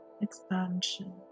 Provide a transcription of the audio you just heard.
expansion